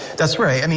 that's right, i mean